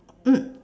mm